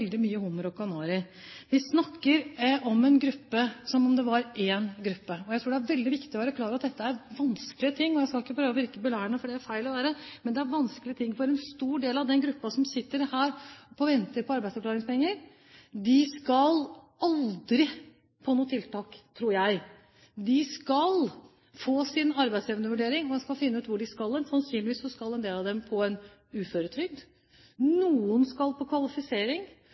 Vi snakker om en gruppe som om det var én gruppe. Jeg tror det er veldig viktig å være klar over at dette er vanskelige ting – og jeg skal ikke prøve å virke belærende, for det er det feil å være – for en stor del av den gruppen som sitter og venter på arbeidsavklaringspenger. De skal aldri på noe tiltak – tror jeg – de skal få sin arbeidsevnevurdering, man skal finne ut hvor de skal. Sannsynligvis skal en del av dem på uføretrygd, noen skal på kvalifisering,